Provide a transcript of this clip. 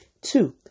Two